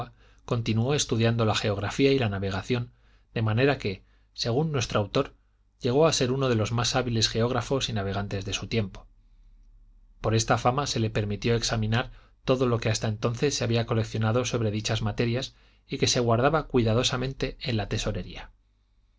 continuó estudiando la geografía y la navegación de manera que según nuestro autor llegó a ser uno de los más hábiles geógrafos y navegantes de su tiempo por esta fama se le permitió examinar todo lo que hasta entonces se había coleccionado sobre dichas materias y que se guardaba cuidadosamente en la tesorería